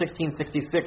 1666